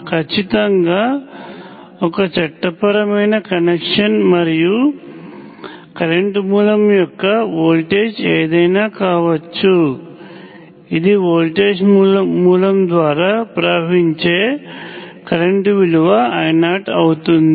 ఖచ్చితంగా ఒక చట్టపరమైన కనెక్షన్ మరియు కరెంట్ మూలము యొక్క వోల్టేజ్ ఏదయినా కావచ్చు ఇది వోల్టేజ్ మూలము ద్వారా ప్రవహించే కరెంట్ విలువ I0అవుతుంది